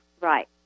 Right